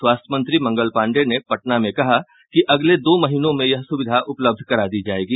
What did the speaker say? स्वास्थ्य मंत्री मंगल पांडेय ने पटना में कहा कि अगले दो महीनों में यह सुविधा उपलब्ध करा दी जायेगी